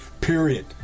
Period